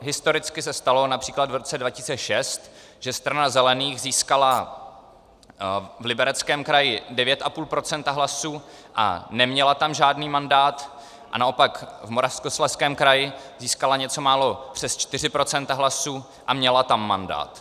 Historicky se stalo například v roce 2006, že Strana zelených získala v Libereckém kraji 9,5 % hlasů a neměla tam žádný mandát a naopak v Moravskoslezském kraji získala něco málo přes 4 % hlasů a měla tam mandát.